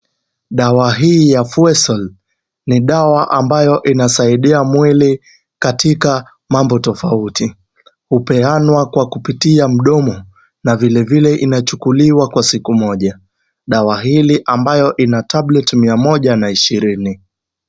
Dawa ya foesol ni sawa ambayo inasaidia mwili katika mambo tofauti. Hupeanwa kwa kupitia mkomo na vilevile inachukuliwa kwa siku moja. Dawa hili ambalo lina tabuleti mia moja na ishirini.